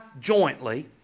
jointly